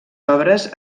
obres